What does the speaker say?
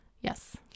yes